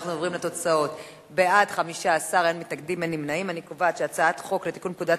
ההצעה להעביר את הצעת חוק לתיקון פקודת